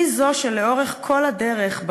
היא זו שלאורך כל הדרך,